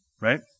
right